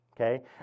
okay